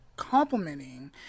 complimenting